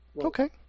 Okay